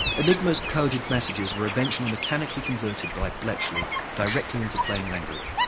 enigma's coded messages were eventually mechanically converted by bletchley directly into plain language,